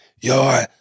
Yo